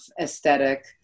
aesthetic